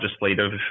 legislative